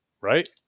right